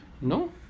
No